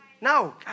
No